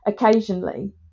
occasionally